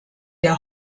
der